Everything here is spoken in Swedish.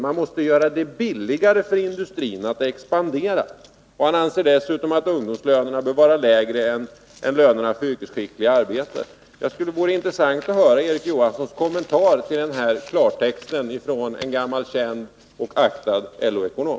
Man måste göra det billigare för industrin att expandera.” Han anser dessutom att ungdomslönerna bör vara lägre än lönerna för yrkesskickliga arbetare. Det vore intressant att få höra Erik Johanssons kommentar till denna klartext från en gammal känd och aktad LO-ekonom.